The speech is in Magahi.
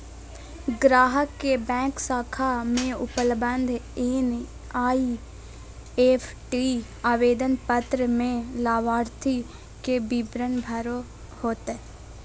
ग्राहक के बैंक शाखा में उपलब्ध एन.ई.एफ.टी आवेदन पत्र में लाभार्थी के विवरण भरे होतय